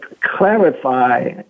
clarify